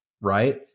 Right